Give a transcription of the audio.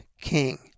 king